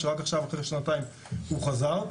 כשרק עכשיו לפני שנתיים הוא חזר.